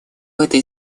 этой